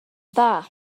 dda